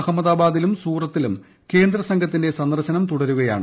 അഹമ്മദാബാദിലും സൂററ്റിലും കേന്ദ്രസംഘത്തിന്റെ സന്ദർശനം തുടരുകയാണ്